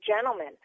gentlemen